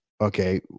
Okay